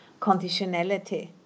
conditionality